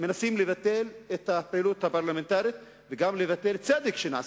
מנסים לבטל את הפעילות הפרלמנטרית וגם לבטל צדק שנעשה.